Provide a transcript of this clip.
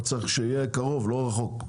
אתה צריך שיהיה מרלו"ג קרוב ולא רחוק.